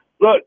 Look